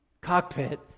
cockpit